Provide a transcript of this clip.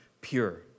pure